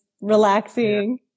relaxing